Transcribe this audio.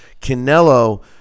Canelo